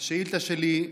השאילתה שלי: